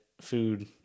food